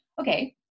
okay